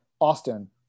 Austin